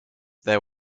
there